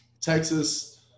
Texas